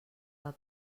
del